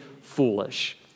foolish